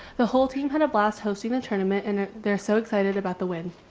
the whole team had a blast hosting the tournament and they're so excited about the win.